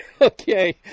Okay